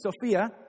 Sophia